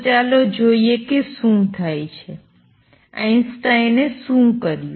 તો ચાલો જોઈએ કે શું થાય છે આઈન્સ્ટાઈને શું કર્યું